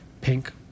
pink